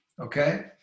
Okay